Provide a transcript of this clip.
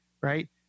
right